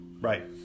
Right